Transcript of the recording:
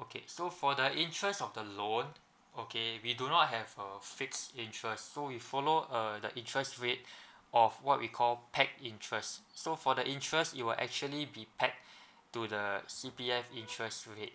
okay so for the interest of the loan okay we do not have a fixed interest so we follow err the interest rate of what we call packed interest so for the interest it will actually be packed to the C_P_C interest rate